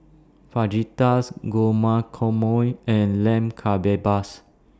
Fajitas Guacamole and Lamb Kebabs